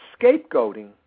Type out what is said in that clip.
scapegoating